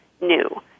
new